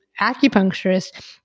acupuncturist